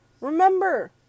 Remember